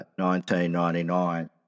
1999